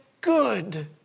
good